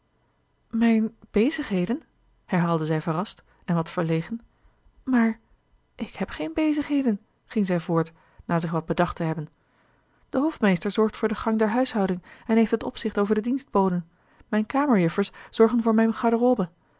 mijne bezigheden herhaalde zij verrast en wat verlegen maar ik heb geen bezigheden ging zij voort na zich wat bedacht te hebben de hofmeester zorgt voor den gang der huishouding en heeft het opzicht over de dienstboden mijne kamerjuffers zorgen voor mijne garderobe